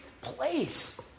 place